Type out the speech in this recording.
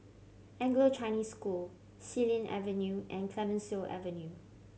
Anglo Chinese School Xilin Avenue and Clemenceau Avenue